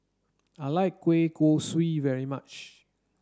I like Kueh Kosui very much